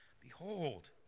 Behold